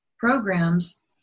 programs